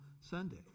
Sunday